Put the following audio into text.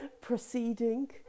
proceeding